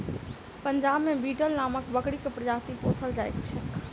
पंजाब मे बीटल नामक बकरीक प्रजाति पोसल जाइत छैक